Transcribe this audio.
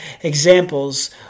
examples